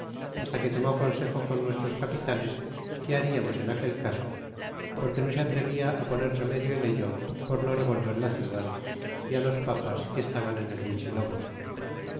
hasta que tomó consejo con nuestros capitanes qué hariamos en aquel caso porque no se atrevia á poner remedio en ello por no revolver la ciudad é á los papas que estaban en el